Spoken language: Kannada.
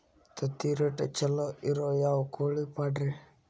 ತತ್ತಿರೇಟ್ ಛಲೋ ಇರೋ ಯಾವ್ ಕೋಳಿ ಪಾಡ್ರೇ?